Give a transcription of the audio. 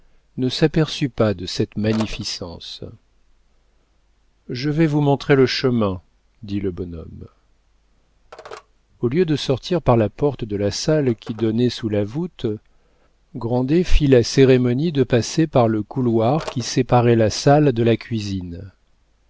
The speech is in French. ne s'aperçut pas de cette magnificence je vais vous montrer le chemin dit le bonhomme au lieu de sortir par la porte de la salle qui donnait sous la voûte grandet fit la cérémonie de passer par le couloir qui séparait la salle de la cuisine